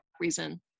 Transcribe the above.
reason